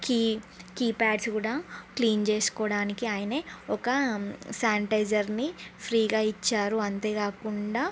key keypads కూడా clean చేసుకోవడానికి ఆయనే ఒక శానిటైజర్ని ఫ్రీగా ఇచ్చారు అంతేకాకుండా